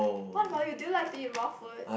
what about you do you like to eat raw food